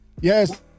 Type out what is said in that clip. yes